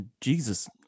Jesus